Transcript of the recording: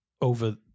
over